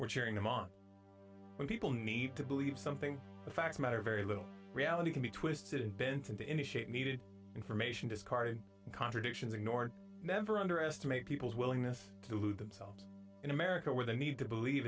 cheering them on when people need to believe something the facts matter very little reality can be twisted in benton to initiate needed information discarding contradictions ignored never underestimate people's willingness to lose themselves in america where they need to believe